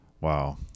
Wow